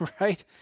Right